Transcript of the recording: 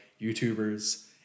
YouTubers